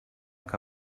que